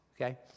okay